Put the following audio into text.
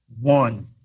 one